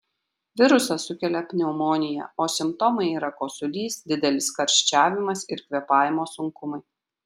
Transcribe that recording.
virusas sukelia pneumoniją o simptomai yra kosulys didelis karščiavimas ir kvėpavimo sunkumai